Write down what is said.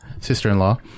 sister-in-law